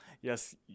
Yes